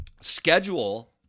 Schedule